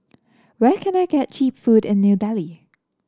where can I get cheap food in New Delhi